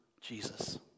Jesus